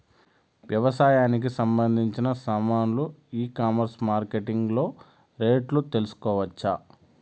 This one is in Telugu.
వ్యవసాయానికి సంబంధించిన సామాన్లు ఈ కామర్స్ మార్కెటింగ్ లో రేట్లు తెలుసుకోవచ్చా?